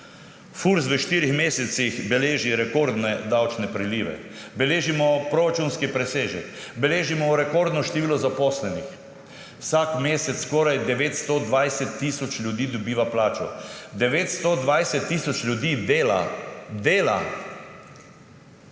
Furs v štirih mesecih beleži rekordne davčne prilive, beležimo proračunski presežek, beležimo rekordno število zaposlenih, vsak mesec skoraj 920 tisoč ljudi dobiva plačo, 920 tisoč ljudi dela. Dela.